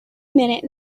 minute